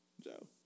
Joe